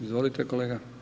Izvolite kolega.